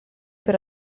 per